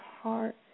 heart